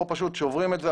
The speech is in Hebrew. כאן פשוט שוברים את זה,